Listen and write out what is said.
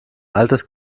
altes